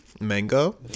mango